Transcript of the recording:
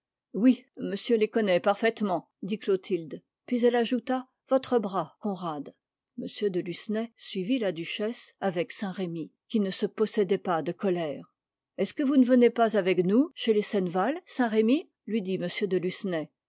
oui monsieur les connaît parfaitement dit clotilde puis elle ajouta votre bras conrad m de lucenay suivit la duchesse avec saint-remy qui ne se possédait pas de colère est-ce que vous ne venez pas avec nous chez les senneval saint-remy lui dit m de